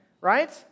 Right